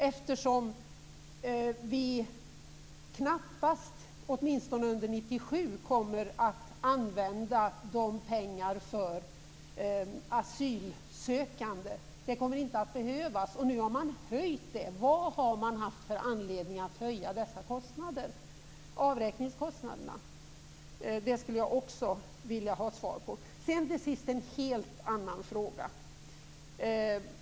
Vi kommer knappast, åtminstone under 1997, att använda pengar för asylsökande, det kommer inte att behövas. Nu har man höjt det anslaget. Vad har man haft för anledning att höja avräkningskostnaderna? Det skulle jag vilja ha svar på. Till sist en helt annan fråga.